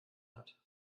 hat